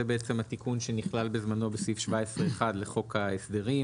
זה התיקון שנכלל בזמנו בסעיף 17(1) לחוק ההסדרים,